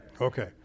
Okay